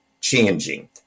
changing